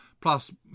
plus